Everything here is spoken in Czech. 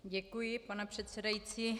Děkuji, pane předsedající.